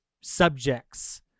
subjects